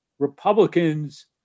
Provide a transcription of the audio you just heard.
Republicans